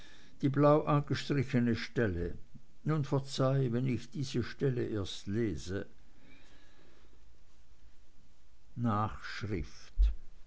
die blau angestrichene stelle nun verzeih wenn ich diese stelle erst lese nachschrift